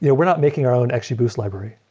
yeah we're not making our own xgboost library.